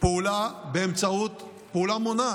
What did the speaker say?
פעולה באמצעות פעולה מונעת,